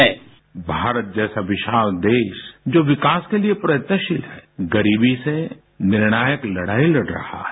bite Bharat जैसा विशाल देश जो विकास के लिए प्रयत्नशील है गरीबी से निर्णायक लड़ाई लड़ रहा है